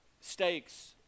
stakes